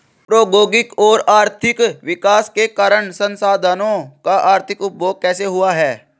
प्रौद्योगिक और आर्थिक विकास के कारण संसाधानों का अधिक उपभोग कैसे हुआ है?